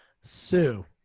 Sue